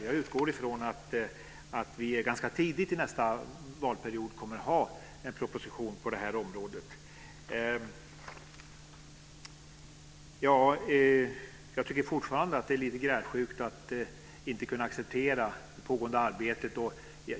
Jag utgår från att vi ganska tidigt vid nästa mandatperiod kommer att ha en proposition på det här området. Jag tycker fortfarande att det är lite grälsjukt att inte kunna acceptera pågående arbete.